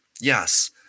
yes